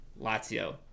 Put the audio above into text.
Lazio